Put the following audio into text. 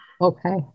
Okay